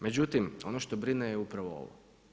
Međutim, ono što brine je upravo ovo.